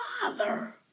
Father